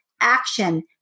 action